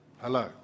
Hello